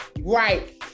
Right